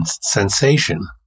sensation